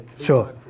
sure